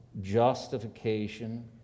Justification